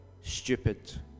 stupid